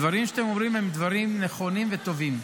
הדברים שאתם אומרים הם דברים נכונים וטובים.